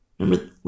Remember